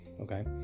okay